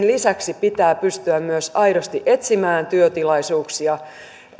lisäksi pitää pystyä myös aidosti etsimään työtilaisuuksia